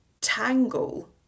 tangle